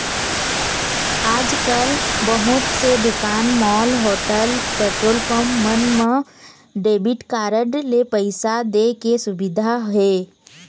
आजकाल बहुत से दुकान, मॉल, होटल, पेट्रोल पंप मन म डेबिट कारड ले पइसा दे के सुबिधा हे